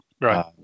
right